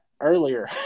earlier